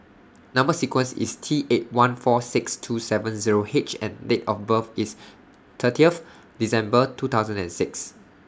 Number sequence IS T eight one four six two seven Zero H and Date of birth IS thirty of December two thousand and six